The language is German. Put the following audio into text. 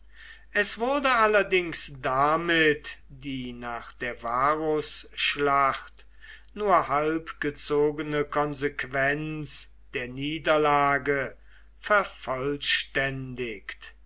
es wurde allerdings damit die nach der varusschlacht nur halb gezogene konsequenz der niederlage vervollständigt